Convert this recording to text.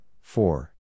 four